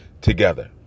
together